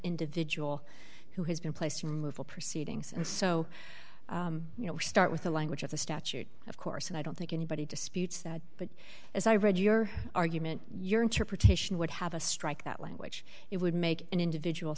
individual who has been place to move the proceedings and so you know we start with the language of the statute of course and i don't think anybody disputes that but as i read your argument your interpretation would have a strike that language it would make an individual